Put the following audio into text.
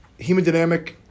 hemodynamic